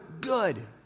Good